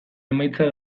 emaitza